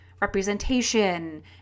representation